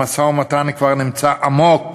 המשא-ומתן כבר נמצא עמוק